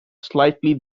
slightly